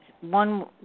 one